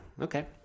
Okay